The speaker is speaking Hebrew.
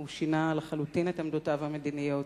הוא שינה לחלוטין את עמדותיו המדיניות.